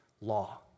law